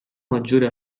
maggiore